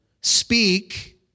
speak